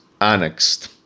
annexed